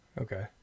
Okay